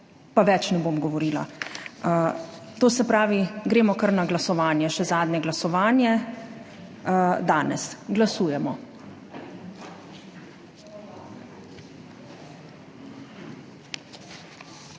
Pa več ne bom govorila. Gremo kar na glasovanje, še zadnje glasovanje danes. Glasujemo.